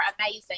amazing